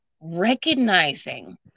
recognizing